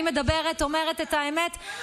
אני מדברת, אומרת את האמת.